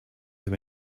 have